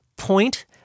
Point